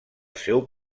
seu